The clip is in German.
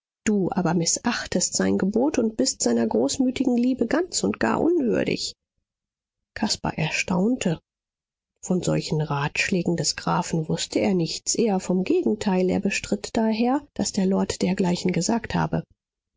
du aber mißachtest sein gebot und bist seiner großmütigen liebe ganz und gar unwürdig caspar erstaunte von solchen ratschlägen des grafen wußte er nichts eher vom gegenteil er bestritt daher daß der lord dergleichen gesagt habe